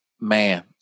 Man